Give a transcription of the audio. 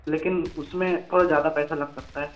लेकिन उसमें थोड़ा ज़्यादा पैसा लग सकता है